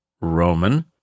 Roman